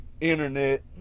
Internet